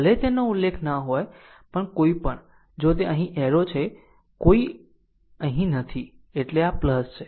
ભલે તેનો ઉલ્લેખ ન હોય પણ કોઈપણ જો તે અહીં એરો છે કંઈ અહીં નથી એટલે એ આ છે આ છે